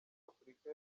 afurika